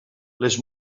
les